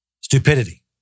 stupidity